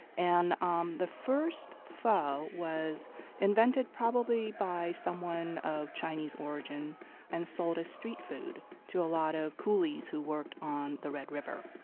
and um the first pho was invented probably by someone of chinese origin and sold as street food to a lot of coolies who worked on the red river.